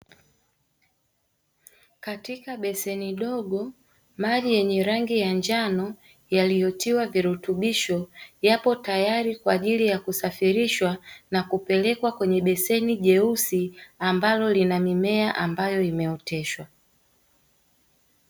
Katika beseni dogo, maji yenye rangi ya njano, yaliyo tiwa virutubisho yapo tayari kwa ajili ya kusafirishwa na kupelekwa kwenye beseni jeusi, ambalo lina mimea ambayo imeoteshwa.